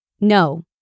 no